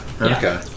Okay